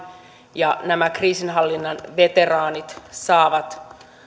ja nämä kriisinhallinnan veteraanit saavat